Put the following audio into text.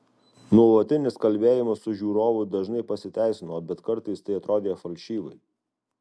nuolatinis kalbėjimas su žiūrovu dažnai pasiteisino bet kartais tai atrodė falšyvai